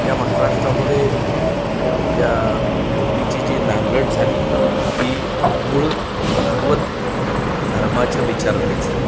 या महाराष्ट्रामध्ये या भूमीची जी नांगरट झाली ती मूळ भागवत धर्माच्या विचारांनीच झाली